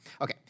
Okay